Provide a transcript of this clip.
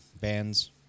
bands